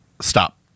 Stop